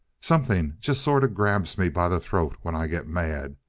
something just sort of grabs me by the throat when i get mad.